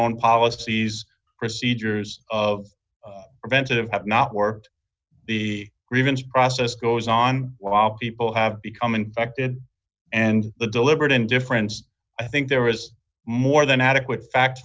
own policies procedures of preventive have not worked the grievance process goes on while people have become infected and the deliberate indifference i think there was more than adequate fact